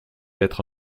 être